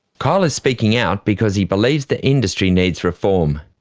kyle is speaking out because he believes the industry needs reform.